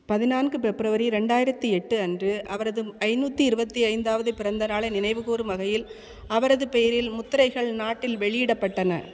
பதினான்கு பிப்ரவரி ரெண்டாயிரத்தி எட்டு அன்று அவரது ஐந்நூற்றி இருபத்தி ஐந்தாவது பிறந்தநாளை நினைவுகூரும் வகையில் அவரது பெயரில் முத்திரைகள் நாட்டில் வெளியிடப்பட்டன